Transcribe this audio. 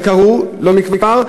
לא מכבר,